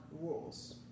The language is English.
rules